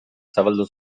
zabaldu